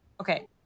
Okay